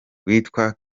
witwa